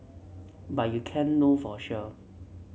but you can't know for sure